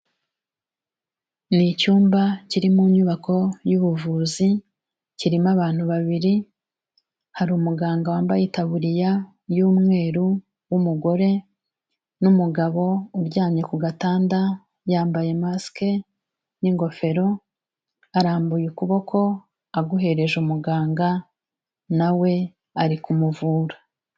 Ni icyumba kiri mu nyubako y'ubuvuzi, kirimo abantu babiri, hari umuganga wambaye itaburiya y'umweru w'umugore, n'umugabo uryamye ku gatanda yambaye masike n'ingofero, arambuye ukuboko aguhereje umuganga, na we ari kumuvura.